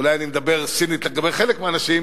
אולי אני מדבר סינית לגבי חלק מהאנשים,